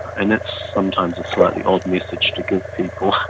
and that's sometimes a slightly odd message to give people.